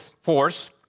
force